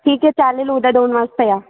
ठीक आहे चालेल उद्या दोन वाजता या